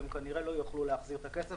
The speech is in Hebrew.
והן כנראה לא יוכלו להחזיר את הכסף,